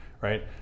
right